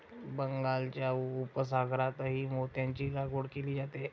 बंगालच्या उपसागरातही मोत्यांची लागवड केली जाते